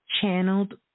channeled